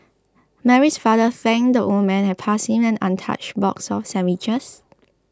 Mary's father thanked the old man and passed him an untouched box of sandwiches